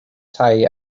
tai